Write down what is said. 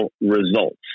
results